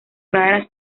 raras